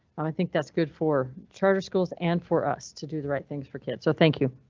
i think that's good for charter schools and for us to do the right things for kids, so thank you.